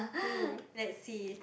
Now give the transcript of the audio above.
mm let's see